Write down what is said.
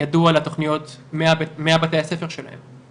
ידעו על התוכניות מבתי הספר שלהם,